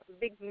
big